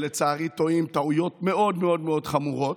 שלצערי טועים טעויות מאוד מאוד מאוד חמורות.